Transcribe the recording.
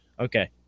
Okay